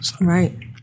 Right